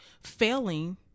failing